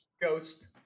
Ghost